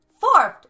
Fourth